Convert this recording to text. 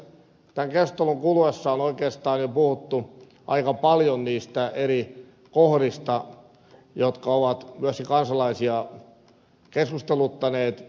tämän keskustelun kuluessa on oikeastaan jo puhuttu aika paljon niistä eri kohdista jotka ovat myöskin kansalaisia keskusteluttaneet